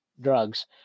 drugs